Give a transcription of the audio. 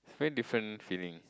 very different feeling